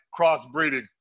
crossbreeding